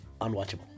unwatchable